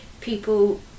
people